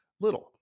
Little